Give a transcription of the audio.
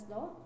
Law